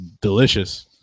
delicious